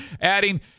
Adding